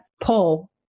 pull